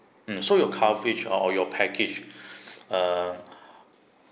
mm so your coverage or your package uh